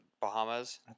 Bahamas